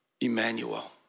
Emmanuel